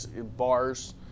bars